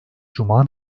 cuma